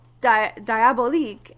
Diabolique